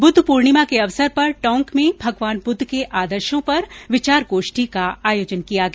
बुद्धपूर्णिमा के अवसर पर टोंक में भगवान बुद्ध के आदर्शों पर विचार गोष्ठी का आयोजन किया गया